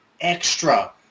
extra